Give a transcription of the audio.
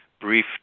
brief